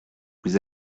vous